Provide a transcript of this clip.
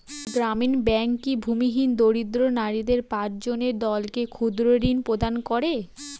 গ্রামীণ ব্যাংক কি ভূমিহীন দরিদ্র নারীদের পাঁচজনের দলকে ক্ষুদ্রঋণ প্রদান করে?